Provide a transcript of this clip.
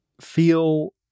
feel